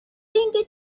اینکه